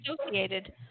associated